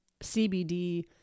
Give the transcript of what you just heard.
CBD